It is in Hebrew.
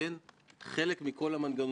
הנושא הזה חייב להשתנות.